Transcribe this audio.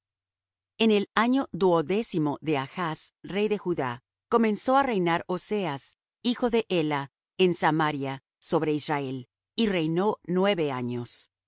en el año cincuenta y dos de azarías rey de judá reinó peka hijo de remalías sobre israel en samaria y reinó veinte años